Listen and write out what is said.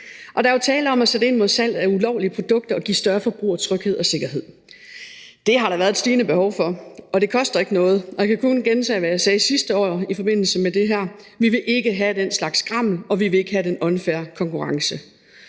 Der er tale om at sætte ind imod salg af ulovlige produkter og give større forbrugertryghed og -sikkerhed. Det har der været et stigende behov for, og det koster ikke noget, og jeg kan kun gentage, hvad jeg sagde sidste år i forbindelse med det her: Vi vil ikke have den slags skrammel, og vi vil ikke have den unfair konkurrence.